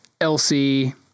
Elsie